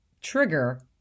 trigger